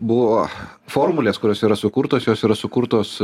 buvo formulės kurios yra sukurtos jos yra sukurtos